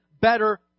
better